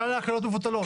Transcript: כלל ההקלות מבוטלות?